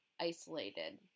isolated